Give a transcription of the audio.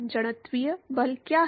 जड़त्वीय बल क्या है